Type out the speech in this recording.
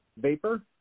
Vapor